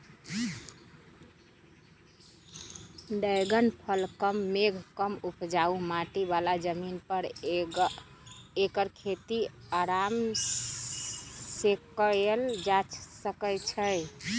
dragon फल कम मेघ कम उपजाऊ माटी बला जमीन पर ऐकर खेती अराम सेकएल जा सकै छइ